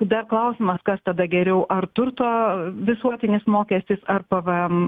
dar klausimas kas tada geriau ar turto visuotinis mokestis ar pvm